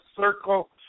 circle